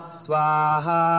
swaha